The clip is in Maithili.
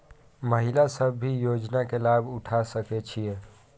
महिला सब भी योजना के लाभ उठा सके छिईय?